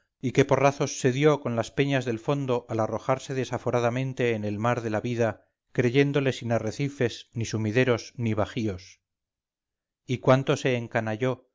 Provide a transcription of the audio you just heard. y qué porrazos se dio con las peñas del fondo al arrojarse desaforadamente en el mar de la vida creyéndole sin arrecifes ni sumideros ni bajíos y cuánto se encanalló